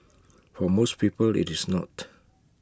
for most people IT is not